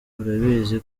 urabizi